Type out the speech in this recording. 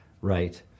right